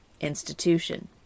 institution